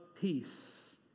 Peace